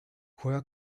juega